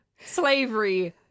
slavery